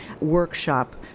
workshop